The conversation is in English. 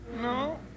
No